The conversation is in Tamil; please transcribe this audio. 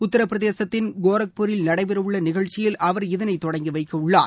உத்தரப்பிரதேசத்தின் கோரக்பூரில் நடைபெறவுள்ள நிகழ்ச்சியில் அவர் இதனை தொடங்கி வைக்கவுள்ளார்